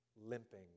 limping